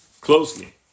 closely